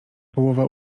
połowa